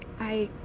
i